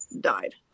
died